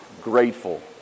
grateful